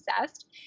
obsessed